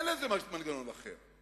אין לזה מנגנון אחר.